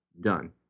Done